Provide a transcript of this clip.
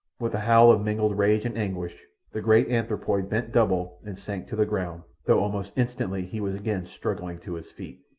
with a howl of mingled rage and anguish the great anthropoid bent double and sank to the ground, though almost instantly he was again struggling to his feet.